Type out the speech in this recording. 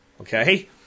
Okay